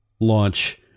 launch